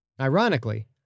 ironically